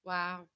Wow